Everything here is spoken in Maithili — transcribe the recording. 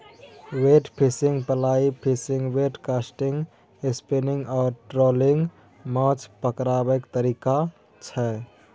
bait fishing, fly fishing, bait casting, spinning आ ट्रोलिंग माछ पकरबाक तरीका छै